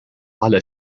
على